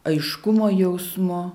aiškumo jausmu